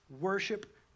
worship